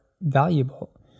valuable